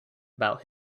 about